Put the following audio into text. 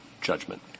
judgment